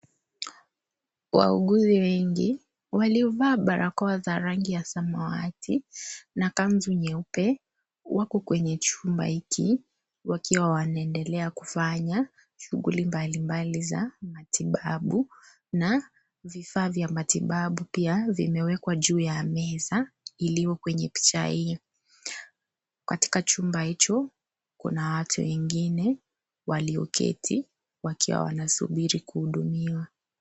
Wauguzi wengi waliovaa barakoa za rangi ya samawati, na kanzu nyeupe, wako kwenye chumba hiki, wakiwa wanaendelea kufanya shughuli mbalimbali za matibabu, na vifaa vya matibabu pia vimewekwa juu ya meza, iliyo kwenye picha hii. Katika chumba hicho, kuna watu wengine walioketi, wakiwa wanasubiri kuhudumiwa.